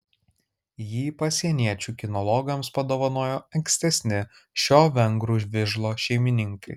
jį pasieniečių kinologams padovanojo ankstesni šio vengrų vižlo šeimininkai